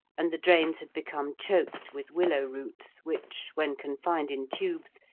and the drains had become choked with willow roots, which, when confined in tubes,